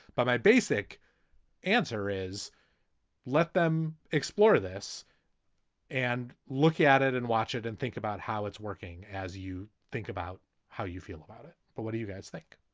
but my basic answer is let them explore this and look at it and watch it and think about how it's working as you think about how you feel about it. but what do you guys think?